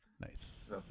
nice